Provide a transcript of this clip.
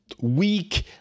weak